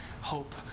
hope